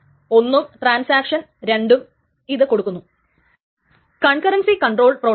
അപ്പോൾ കമ്മിറ്റ് ആയിട്ടുള്ള ട്രാൻസാക്ഷനെ മാത്രമേ ഇത് വായിക്കുകയോ എഴുതുകയോ ചെയ്യുന്നുള്ളൂ